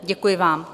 Děkuji vám.